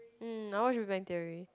mm I watch Big-Bang-Theory